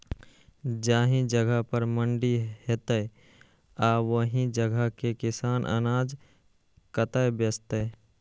जाहि जगह पर मंडी हैते आ ओहि जगह के किसान अनाज कतय बेचते?